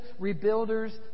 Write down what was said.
rebuilders